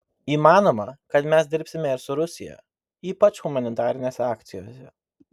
įmanoma kad mes dirbsime ir su rusija ypač humanitarinėse akcijose